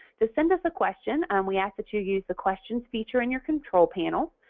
to send us a question, and we ask that you use the questions feature in your control panel,